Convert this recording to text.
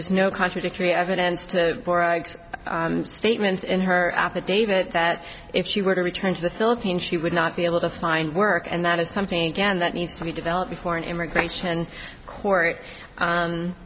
is no contradictory evidence to statements in her affidavit that if she were to return to the philippines she would not be able to find work and that is something again that needs to be developed before an immigration court